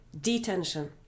detention